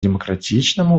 демократическому